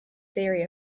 theory